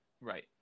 right